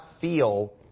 feel